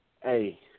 hey